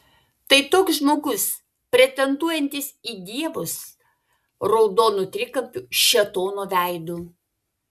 tai toks žmogus pretenduojantis į dievus raudonu trikampiu šėtono veidu